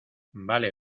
vale